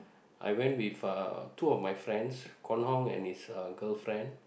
I went with uh two of my friends Kuan-Hong and his uh girlfriend